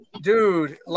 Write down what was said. Dude